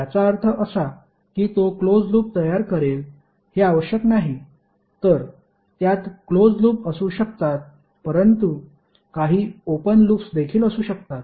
याचा अर्थ असा की तो क्लोज लूप तयार करेल हे आवश्यक नाही तर त्यात क्लोज लूप असू शकतात परंतु काही ओपन लूप्स देखील असू शकतात